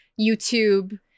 YouTube